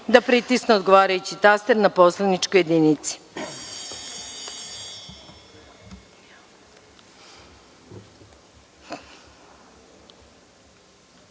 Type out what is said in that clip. da pritisnu odgovarajući taster na poslaničkoj